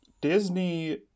Disney